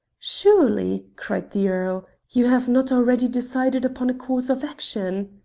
surely! cried the earl, you have not already decided upon a course of action?